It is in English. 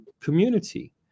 community